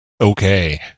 Okay